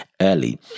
early